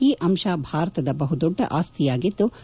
ಈ ಅಂಶ ಭಾರತದ ಬಹುದೊಡ್ಡ ಆಸ್ತಿಯಾಗಿದ್ಲ